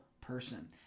person